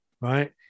Right